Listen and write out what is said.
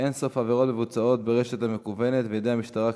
אין-סוף עבירות מבוצעות ברשת המקוונת וידי המשטרה קצרות,